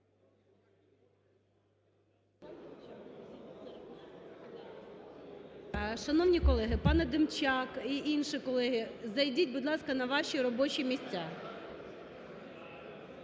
Шановні колеги! Пане Демчак і інші колеги, зайдіть, будь ласка, на ваші робочі місця.